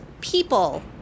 people